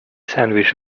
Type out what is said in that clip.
sandwich